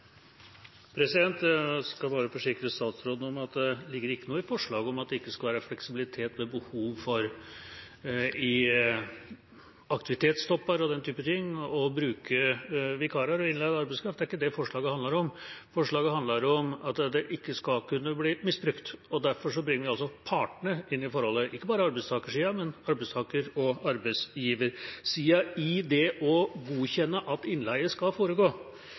replikkordskifte. Jeg skal bare forsikre statsråden om at det ikke ligger noe i forslaget om at det ikke skal være fleksibilitet ved behov i aktivitetstopper og den type ting ved bruk av vikarer og innleid arbeidskraft. Det er ikke det forslaget handler om. Forslaget handler om at det ikke skal kunne bli misbrukt, og derfor bringer vi partene inn i forholdet – ikke bare arbeidstakersiden, men arbeidstaker- og arbeidsgiversiden – i det å godkjenne at innleie skal foregå.